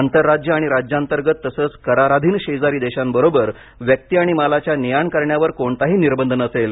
आंतरराज्य आणि राज्यांतर्गत तसंच कराराधीन शेजारी देशांसोबत व्यक्ती आणि मालाच्या ने आण करण्यावर कोणताही निर्बंध नसेल